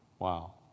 Wow